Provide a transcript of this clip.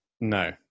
No